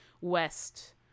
west